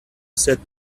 said